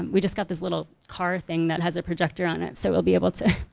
we just got this little car thing that has a projector on it so we'll be able to,